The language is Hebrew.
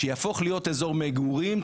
שיהפוך להיות אזור מגורים,